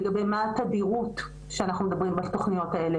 לגבי מה התדירות שאנחנו מדברים בתוכניות האלה?